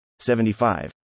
75